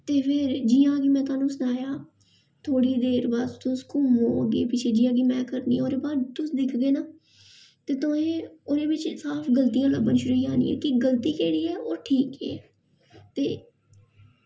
ते फिर जियां कि में थुआनूं सनाया थोह्ड़े देर बाद घूमो अग्गें पिच्छें जियां में करी आं ओह्दे तुस दिखगे ना ते तुसेंगी ओह्दे बिच्च साफ गलतियां लब्भन शुरू होई जानियां कि गलती केह्ड़ी ऐ होर ठीक केह् ऐ ते